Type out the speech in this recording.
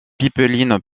pipeline